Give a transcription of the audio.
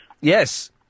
Yes